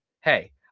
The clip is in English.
hey